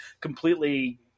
completely